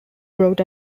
brought